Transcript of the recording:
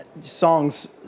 songs